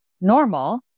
normal